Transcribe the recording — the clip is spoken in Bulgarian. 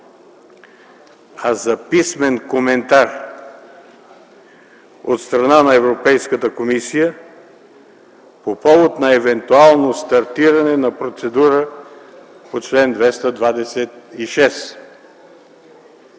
а за писмен коментар от страна на Европейската комисия по повод на евентуално стартиране на процедура по чл. 226.